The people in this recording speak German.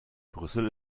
brüssel